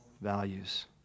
values